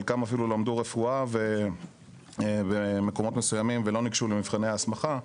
חלקם אפילו למדו רפואה במקומות מסוימים ולא ניגשו למבחני ההסמכה,